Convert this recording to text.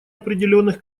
определенных